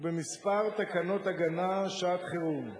ובכמה תקנות הגנה לשעת-חירום.